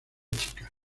chicas